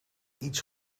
iets